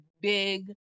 big